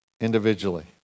individually